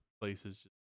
places